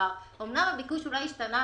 אומנם הביקוש לא השתנה,